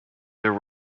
there